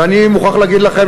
ואני מוכרח להגיד לכם,